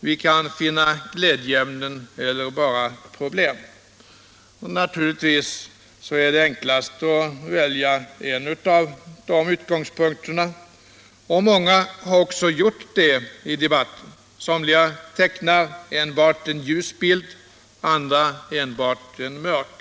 Vi kan finna glädjeämnen eller endast problem. Det enklaste är naturligtvis att välja en av dessa utgångspunkter. Många har också gjort det i debatten. Somliga människor har tecknat en enbart ljus bild, andra en enbart mörk.